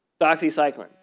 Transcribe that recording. Doxycycline